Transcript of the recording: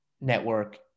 network